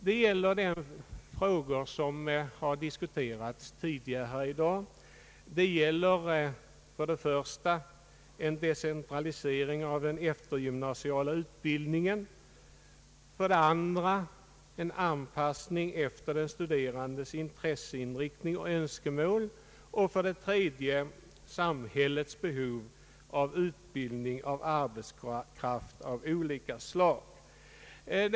Det gäller frågor som har diskuterats tidigare här i dag; för det första en decentralisering av den eftergymnasiala utbildningen, för det andra en anpassning efter den studerandes intresseinriktning och önskemål samt för det tredje samhällets behov av utbildning av arbetskraft av olika slag.